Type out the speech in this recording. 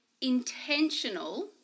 intentional